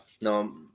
no